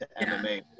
MMA